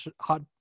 hot